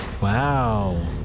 Wow